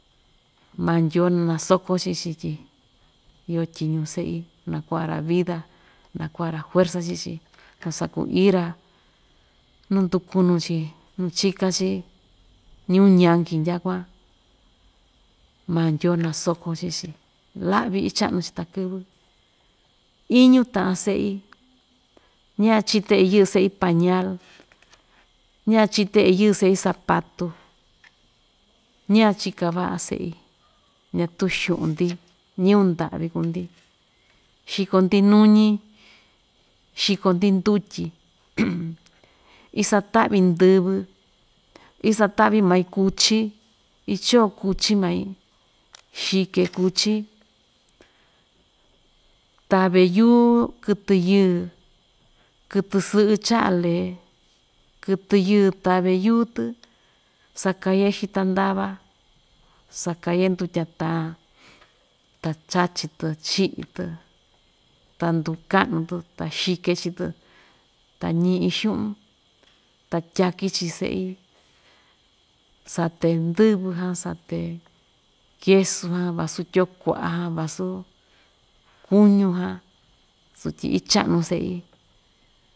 Maa ndyoo nasoko chi‑chi tyi iyo tyiñu se'i, naku'va‑ra vida naku'va‑ra juerza chi‑chi, kasakuií‑ra nundukuñu‑chi nu chika‑chi ñuu ñanki ndyakuan maa ndyoo nasokó chi‑chi la'vi icha'nu‑chi takɨvɨ́, iñu ta'an se'í ña‑ichite iyɨ'ɨ se'i pañal ña‑chité iyɨ'ɨ se'i sapatu, ñachika va'a se'í ñatuu xu'un‑ndi ñɨvɨ ndya'vi kuu‑ndi xiko‑ndi nuñi, xiko‑ndi ndutyi isata'vi ndɨvɨ isata'vi mai kuchí ichò kuchi mai, xike kuchi, tave yuú kɨtɨ yɨɨ, kɨtɨ sɨ'ɨ cha'a lee kɨtɨ yɨɨ tave yuú‑tɨ sakaye xita ndava sakaye ndutya tan ta chachi‑tɨ chi'i‑tɨ ta nduka'nu‑tɨ ta xike chii‑tɨ ta ñi'i xu'un ta tyakí chi se'i sate ndɨ́vɨ jan sate kesu jan vasu tyoo kua'a jan vasu kuñú jan sutyi icha'nu se'í.